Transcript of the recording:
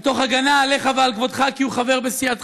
מתוך הגנה עליך, ועל כבודך, כי הוא חבר בסיעתך.